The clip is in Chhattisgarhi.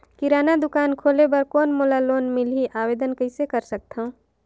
किराना दुकान खोले बर कौन मोला लोन मिलही? आवेदन कइसे कर सकथव?